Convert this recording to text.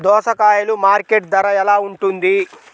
దోసకాయలు మార్కెట్ ధర ఎలా ఉంటుంది?